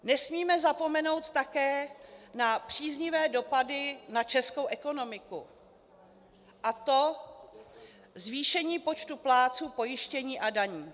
Nesmíme zapomenout také na příznivé dopady na českou ekonomiku, a to zvýšení počtu plátců pojištění a daní.